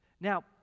Now